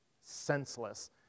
senseless